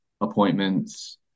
appointments